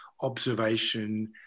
observation